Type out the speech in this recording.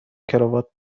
کراوات